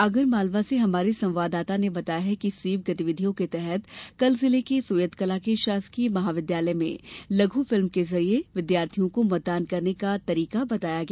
आगर मालवा से हमारे संवाददाता ने बताया है कि स्वीप गतिविधियों के तहत कल जिले के सोयलकला के शासकीय महाविद्यालय में लघ् फिल्म के जरिए विद्यार्थियों को मतदान करने का तरीका बताया गया